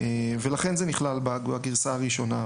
ולכן זה נכלל בגרסה הראשונה.